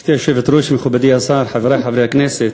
גברתי היושבת-ראש, מכובדי השר, חברי חברי הכנסת,